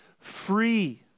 free